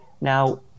Now